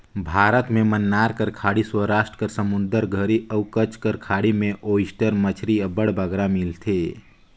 भारत में मन्नार कर खाड़ी, सवरास्ट कर समुंदर घरी अउ कच्छ कर खाड़ी में ओइस्टर मछरी अब्बड़ बगरा मिलथे